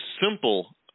simple